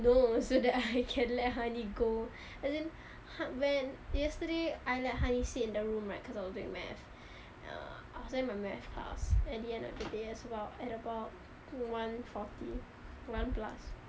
no so that I can let honey go as in ha~ when yesterday I let honey sit in the room right cause I was doing math uh I was doing my math class at the end of the day as well at about one forty one plus